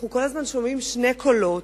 אנחנו כל הזמן שומעים שני קולות: